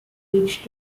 which